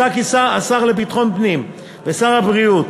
מוצע כי השר לביטחון פנים ושר הבריאות